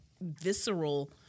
visceral